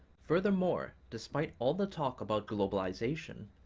furthermore, despite all the talk about globalization,